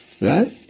Right